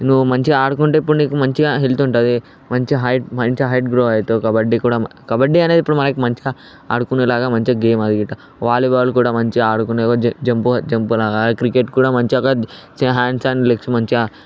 నువ్వు మంచిగా ఆడుకుంటే ఇప్పుడు నీకు మంచిగా హెల్త్ ఉంటుంది మంచిగా హైట్ మంచి హైట్ గ్రో అవుతావు కబడ్డీ కూడా కబడ్డీ అనేది మనకి ఇప్పుడు మంచి ఆడుకునే లాగా మంచి గేమ్ అది గిట్ట వాలీబాల్ కూడా మంచిగా ఆడుకుని ఓ జ జంప్ లాగా క్రికెట్ కూడా మంచి ఒక చిన్న హ్యాండ్స్ అండ్ లెగ్స్ మంచిగా